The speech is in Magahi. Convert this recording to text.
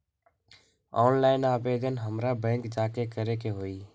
ऑनलाइन आवेदन हमरा बैंक जाके करे के होई?